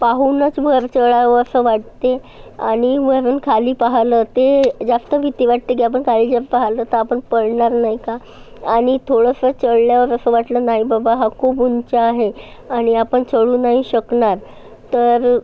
पाहूनच वर चढावं असं वाटते आणि वरून खाली पाहिलं ते जास्त भीती वाटते की आपण काही जर पाहिलं तर आपण पडणार नाही का आणि थोडंसं चढल्यावर असं वाटलं नाही बाबा हा खूप उंच आहे आणि आपण चढू नाही शकणार तर